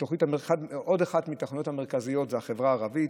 עוד אחת מהתוכניות המרכזיות היא החברה הערבית,